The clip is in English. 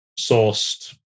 sourced